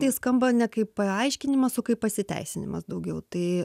tai skamba ne kaip paaiškinimas o kaip pasiteisinimas daugiau tai